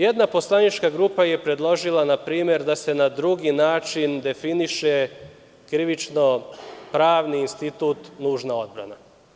Jedna poslanička grupa je predložila na primer da se na drugi način definiše krivično pravni institut nužna odbrana.